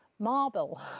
marble